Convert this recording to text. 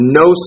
no